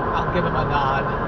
give him a nod.